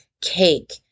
cake